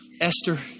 Esther